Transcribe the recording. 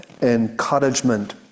encouragement